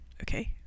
okay